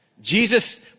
Jesus